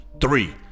three